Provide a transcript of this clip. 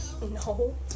No